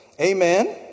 amen